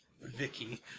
Vicky